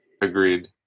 Agreed